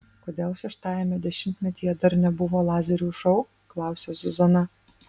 kodėl šeštajame dešimtmetyje dar nebuvo lazerių šou klausia zuzana